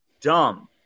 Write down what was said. dumb